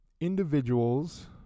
individuals